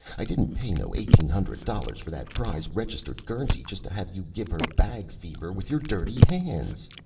i didn't pay no eighteen hundred dollars for that prize, registered guernsey just to have you give her bag fever with your dirty hands.